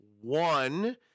One